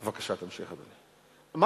בבקשה, תמשיך, אדוני.